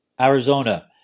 Arizona